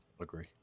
Agree